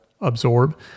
absorb